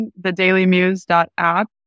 thedailymuse.app